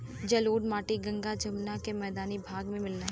जलोढ़ मट्टी गंगा जमुना के मैदानी भाग में मिलला